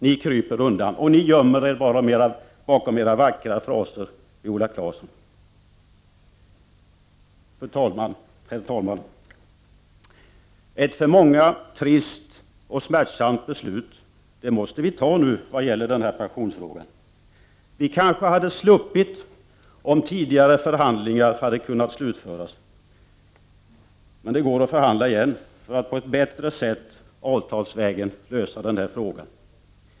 Ni kryper undan och gömmer er bakom era vackra fraser, Viola Claesson. Herr talman! Ett för många trist och smärtsamt beslut måste vi fatta nu när det gäller den här pensionsfrågan. Vi hade kanske sluppit om tidigare förhandlingar hade kunnat slutföras. Men det går att förhandla igen för att på ett bättre sätt avtalsvägen lösa denna fråga.